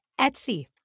Etsy